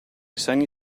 sani